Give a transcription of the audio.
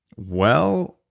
well,